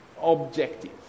objective